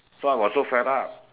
so I was so fed up